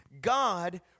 God